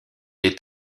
est